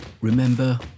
Remember